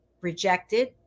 rejected